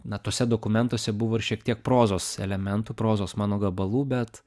na tuose dokumentuose buvo ir šiek tiek prozos elementų prozos mano gabalų bet